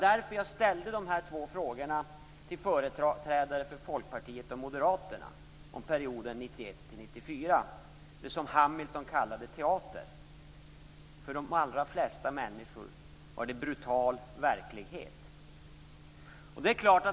Därför ställde jag dessa två frågor till företrädarna för Folkpartiet och för Moderaterna om perioden 1991-1994, en period som Hamilton kallade teater. För de allra flesta människor var detta brutal verklighet.